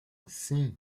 sim